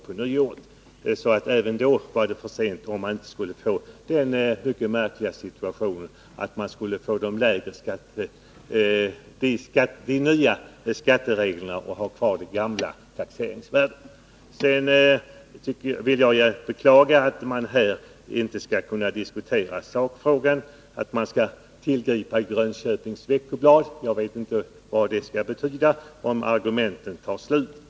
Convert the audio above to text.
Även då var det således för sent att skjuta på taxeringen, om vi inte skulle få den mycket märkliga situationen med nya skatteregler och gamla taxeringsvärden. Jag beklagar att man här inte kan diskutera sakfrågan utan tillgriper Grönköpings Veckoblad. Jag vet inte om det betyder att argumenten tagit slut.